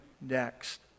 next